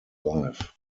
life